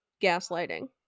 gaslighting